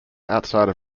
outside